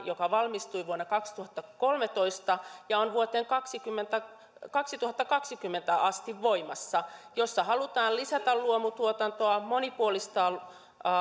joka valmistui vuonna kaksituhattakolmetoista ja on vuoteen kaksituhattakaksikymmentä asti voimassa jossa halutaan lisätä luomutuotantoa monipuolistaa